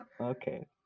Okay